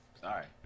Sorry